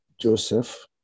Joseph